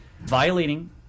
violating